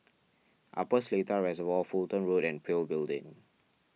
Upper Seletar Reservoir Fulton Road and Pil Building